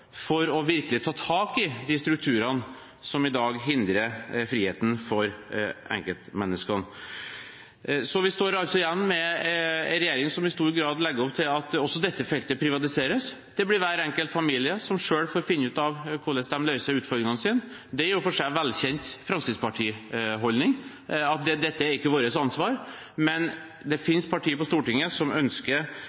forslag for virkelig å ta tak i de strukturene som i dag hindrer friheten for enkeltmenneskene. Vi står altså igjen med en regjering som i stor grad legger opp til at også dette feltet privatiseres. Det blir hver enkelt familie som selv får finne ut av hvordan de løser utfordringene sine. Det er i og for seg en velkjent Fremskrittsparti-holdning at dette ikke er vårt ansvar, men det